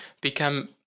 become